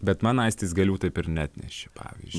bet man aistis gėlių taip ir neatnešė pavyž